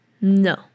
No